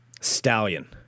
Stallion